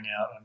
out